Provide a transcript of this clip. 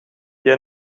jij